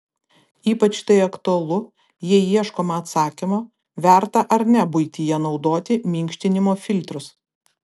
ypač tai aktualu jei ieškoma atsakymo verta ar ne buityje naudoti minkštinimo filtrus